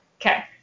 Okay